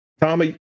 Tommy